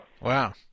Wow